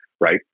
right